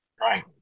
Right